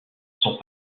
sont